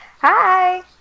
Hi